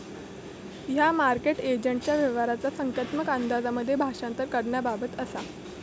ह्या मार्केट एजंटच्या व्यवहाराचा संख्यात्मक अंदाजांमध्ये भाषांतर करण्याबाबत असा